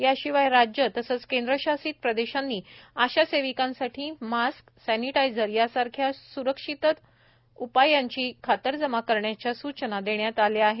याशिवाय राज्ये केंद्रशासित प्रदेशांनी आशा सेविकांसाठी मास्क सॅनीटायझर यासारख्या सुरक्षितता उपायांची खातरजमा करण्याच्या सूचना देण्यात आल्या आहेत